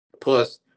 Plus